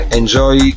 enjoy